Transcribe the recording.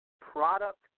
product